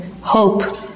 hope